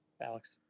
Alex